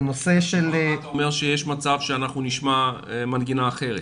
אתה אומר שיש מצב שאנחנו נשמע מנגינה אחרת,